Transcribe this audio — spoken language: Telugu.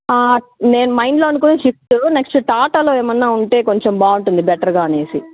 ఆ నేను మైండ్లో అనుకుంది స్విఫ్ట్ నెక్స్ట్ టాటాలో ఏమన్నా ఉంటే కొంచెం బాగుంటుంది బెటర్గా అనేసి